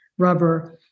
Rubber